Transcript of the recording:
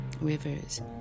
rivers